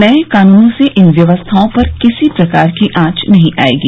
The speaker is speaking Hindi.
नए कानूनों से इन व्यवस्थाओं पर किसी प्रकार की आंच नहीं आएगी